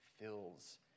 fills